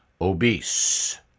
obese